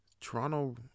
Toronto